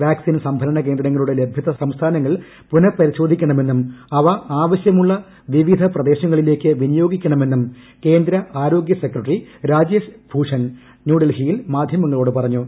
vaccine സംഭരണ കേന്ദ്രങ്ങളുടെ ലഭ്യത സംസ്ഥാനങ്ങൾ പുനപരിശോധിക്കണമെന്നും അവ ആവശ്യമുളള വിവിധ പ്രദേശങ്ങളിലേക്ക് വിനിയോഗിക്കണമെന്നും കേന്ദ്ര ആരോഗ്യ സെക്രട്ടറി രാജേഷ് ഭൂഷൺ ഡൽഹിയിൽ മാധ്യമങ്ങളോട് പറഞ്ഞു